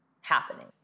happening